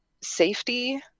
safety